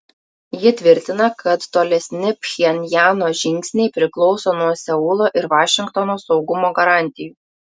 ji tvirtina kad tolesni pchenjano žingsniai priklauso nuo seulo ir vašingtono saugumo garantijų